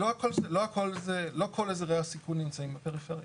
לא כל אזורי הסיכון נמצאים בפריפריה.